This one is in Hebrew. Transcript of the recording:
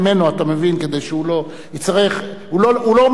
כדי שהוא לא יצטרך, הוא לא מביע את דעתו.